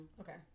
Okay